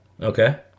Okay